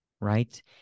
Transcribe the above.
right